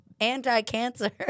anti-cancer